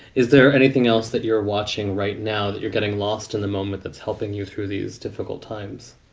is there anything else that you're watching right now that you're getting lost in the moment that's helping you through these difficult times?